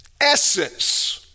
essence